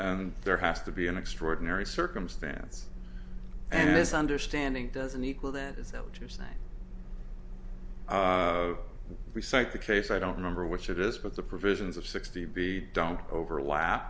question there has to be an extraordinary circumstance and this understanding doesn't equal that is that what you're saying we cite the case i don't remember which it is but the provisions of sixty b don't overlap